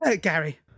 Gary